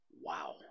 Wow